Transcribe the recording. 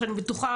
שאני בטוחה,